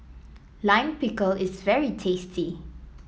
Lime Pickle is very tasty